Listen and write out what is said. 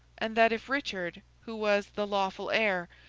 and that if richard, who was the lawful heir,